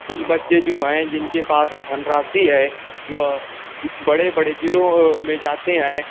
कुछ बच्चे जो हैं जिनके पास धनराशि है वह बड़े बड़े ज़िलों में जाते हैं